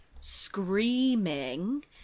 screaming